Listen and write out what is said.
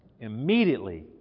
Immediately